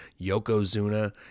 Yokozuna